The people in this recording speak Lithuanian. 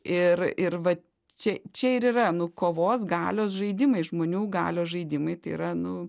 ir ir va čia čia ir yra nu kovos galios žaidimai žmonių galios žaidimai tai yra nu